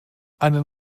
einen